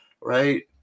right